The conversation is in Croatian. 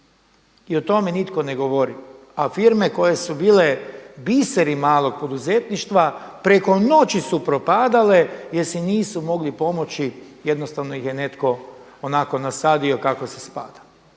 I o tome nitko ne govori. A firme koje su bile biseri malog poduzetništva preko noći su propadale jer si nisu mogli pomoći, jednostavno ih je netko onako nasadio kako se spada.